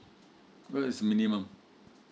where is minimum